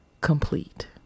complete